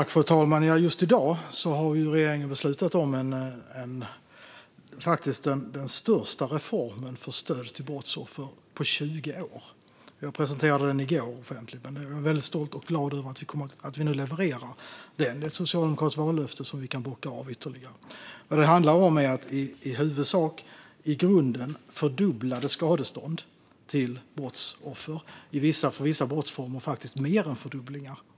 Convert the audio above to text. Fru talman! Just i dag har regeringen beslutat om den största reformen för stöd till brottsoffer på 20 år. Den presenterades offentligt i går, och jag är mycket stolt och glad över att vi nu levererar den. Det är ytterligare ett socialdemokratiskt vallöfte som vi kan bocka av. Det handlar om fördubblade skadestånd till brottsoffer, och för vissa brottsformer faktiskt mer än en fördubbling.